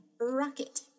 Rocket